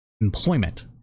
Employment